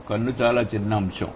కన్నుచాలా చిన్న అంశము